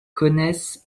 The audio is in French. connaissent